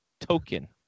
token